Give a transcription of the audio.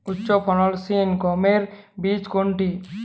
উচ্চফলনশীল গমের বীজ কোনটি?